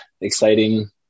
exciting